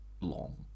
long